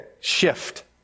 shift